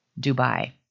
dubai